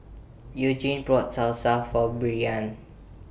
Eugene brought Salsa For Brianna